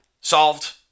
Solved